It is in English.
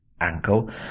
ankle